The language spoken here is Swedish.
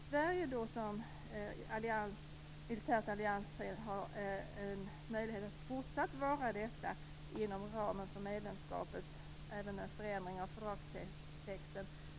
Sverige har som militärt alliansfri en möjlighet att fortsatt vara detta inom ramen för medlemskapet även med en förändring av fördragstexten.